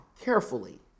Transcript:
carefully